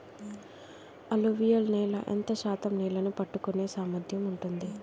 అలువియలు నేల ఎంత శాతం నీళ్ళని పట్టుకొనే సామర్థ్యం ఉంటుంది?